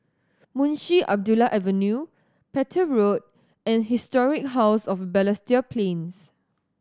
Munshi Abdullah Avenue Petir Road and Historic House of Balestier Plains